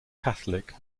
catholic